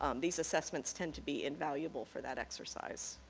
um these assessments tend to be invaluable for that exercise.